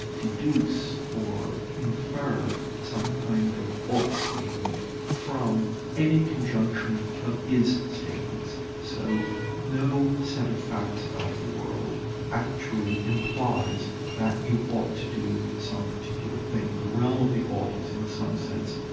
deduce or infer some kind of ought statement from any conjunction of is statements. so no set of facts about the world actually implies that you ought to do some particular thing the realm of the ought is in some sense,